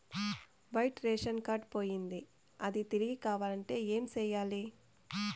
white ration card పోయింది అది తిరిగి కావాలంటే ఏం సేయాలి